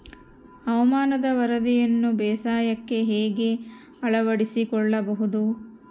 ಹವಾಮಾನದ ವರದಿಯನ್ನು ಬೇಸಾಯಕ್ಕೆ ಹೇಗೆ ಅಳವಡಿಸಿಕೊಳ್ಳಬಹುದು?